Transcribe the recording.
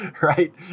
right